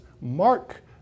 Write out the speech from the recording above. mark